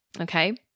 okay